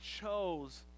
chose